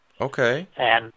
Okay